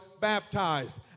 baptized